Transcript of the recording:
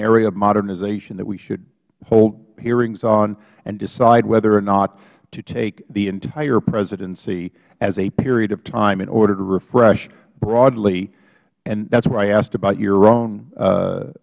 of modernization that we should hold hearings on and decide whether or not to take the entire presidency as a period of time in order to refresh broadly and that is why i asked about your own